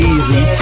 Easy